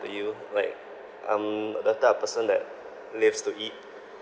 to you like I'm the type of person that lives to eat